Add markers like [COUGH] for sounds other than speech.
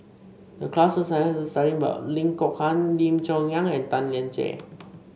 the class a [UNINTELLIGIBLE] Lim Kok Ann Lim Chong Yah and Tan Lian Chye